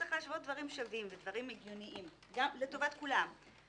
צריך להשוות בין דברים שווים ודברים הגיוניים לטובת כולם.